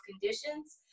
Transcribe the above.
conditions